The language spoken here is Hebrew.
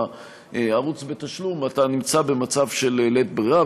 בערוץ בתשלום אתה נמצא במצב של לית ברירה.